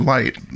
Light